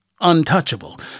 untouchable